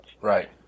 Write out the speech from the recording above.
right